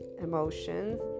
emotions